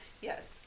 yes